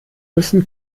müssen